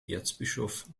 erzbischof